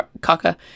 kaka